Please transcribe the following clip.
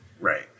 Right